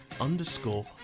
underscore